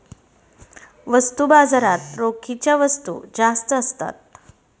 वस्तू बाजारात रोखीच्या वस्तू जास्त असतात